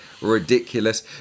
ridiculous